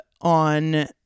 on